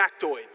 factoids